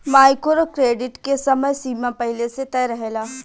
micro credit के समय सीमा पहिले से तय रहेला